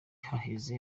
haheze